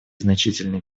значительные